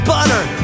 Butter